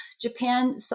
Japan